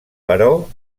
però